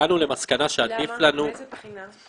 מאיזו בחינה?